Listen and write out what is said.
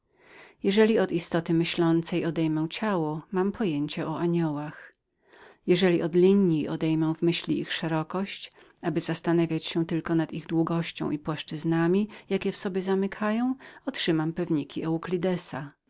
jeżeli od istoty myślącej odejmę ciało mam pojęcie o aniołach jeżeli od linji odejmę myślą ich szerokość aby tylko zastanawiać się nad ich długością i płaszczyznami jakie w sobie zamykają otrzymam